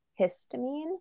histamine